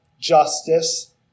justice